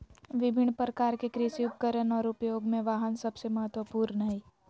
विभिन्न प्रकार के कृषि उपकरण और उपयोग में वाहन सबसे महत्वपूर्ण हइ